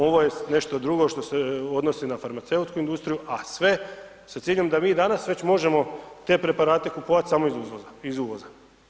Ovo je nešto drugo što se odnosi na farmaceutsku industriju a sve sa ciljem, da vi i danas već možemo te preprate kupovati samo iz uvoza.